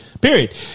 Period